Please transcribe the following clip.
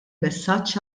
messaġġ